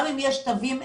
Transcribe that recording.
גם אם יש תווים.